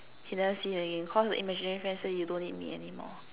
he never see him again cause the imaginary friend say you don't need me anymore